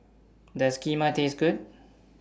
Does Kheema Taste Good